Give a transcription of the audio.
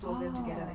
orh